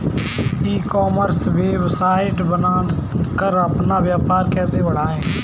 ई commerce website बनाकर अपना व्यापार कैसे बढ़ाएँ?